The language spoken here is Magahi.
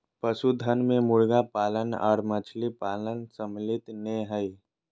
पशुधन मे मुर्गी पालन आर मछली पालन सम्मिलित नै हई